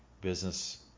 business